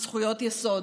יסוד,